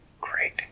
Great